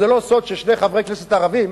זה לא סוד ששני חברי כנסת ערבים